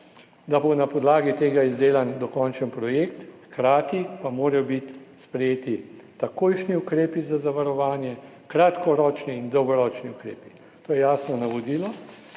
da bo na podlagi tega izdelan dokončen projekt, hkrati pa morajo biti sprejeti takojšnji ukrepi za zavarovanje, kratkoročni in dolgoročni ukrepi. To je jasno navodilo.